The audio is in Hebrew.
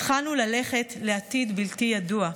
התחלנו ללכת לעתיד בלתי ידוע".